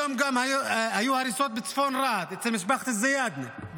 היום גם היו הריסות בצפון רהט אצל משפחת זיאדנה,